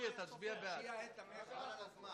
ההצעה לכלול את הנושא בסדר-היום של הכנסת